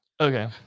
okay